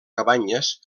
cabanyes